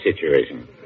situation